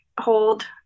hold